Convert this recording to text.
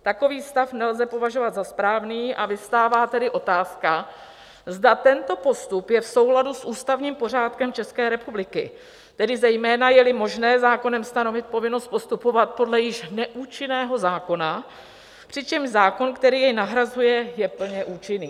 Takový stav nelze považovat za správný, a vyvstává tedy otázka, zda tento postup je v souladu s ústavním pořádkem České republiky, tedy zejména jeli možné zákonem stanovit povinnost postupovat podle již neúčinného zákona, přičemž zákon, který jej nahrazuje, je plně účinný.